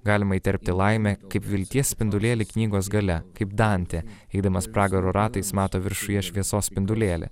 galima įterpti laimę kaip vilties spindulėlį knygos gale kaip dantė eidamas pragaro ratais mato viršuje šviesos spindulėlį